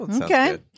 Okay